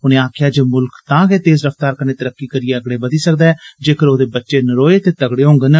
उनें आक्खेआ जे मुल्ख तां गै तेज़ रफतार कन्नै तरक्की करियै अगड़े बधी सकदा ऐ जेकर ओदे बच्चे नरोए ते तगड़े होंगन